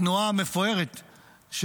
התנועה המפוארת,